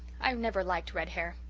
i never liked red hair.